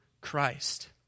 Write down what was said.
Christ